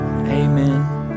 Amen